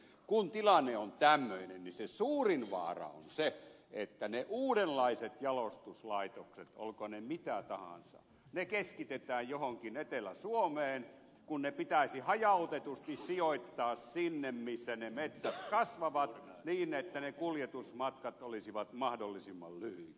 kun tilanne on tämmöinen niin se suurin vaara on se että ne uudenlaiset jalostuslaitokset olkoot ne mitä tahansa keskitetään johonkin etelä suomeen kun ne pitäisi hajautetusti sijoittaa sinne missä ne metsät kasvavat niin että ne kuljetusmatkat olisivat mahdollisimman lyhyet